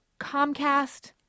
Comcast